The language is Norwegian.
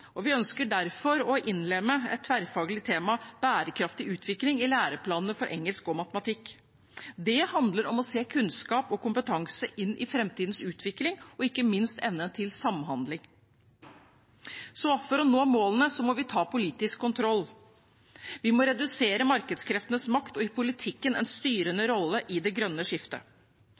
Vi ønsker derfor å innlemme det tverrfaglige temaet bærekraftig utvikling i læreplanene for engelsk og matematikk. Det handler om å se kunnskap og kompetanse inn i framtidens utvikling og ikke minst evnen til samhandling. For å nå målene må vi ta politisk kontroll. Vi må redusere markedskreftenes makt og gi politikken en styrende rolle i det grønne skiftet.